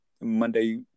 monday